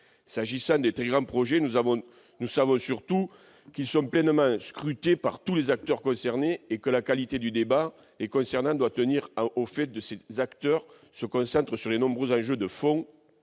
S'agissant des très grands projets, nous savons surtout qu'ils sont pleinement scrutés par tous les acteurs concernés et que la qualité du débat les concernant doit tenir au fait que ces acteurs se concentrent sur les nombreux enjeux de fond